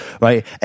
right